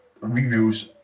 reviews